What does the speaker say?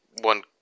one